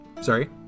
Sorry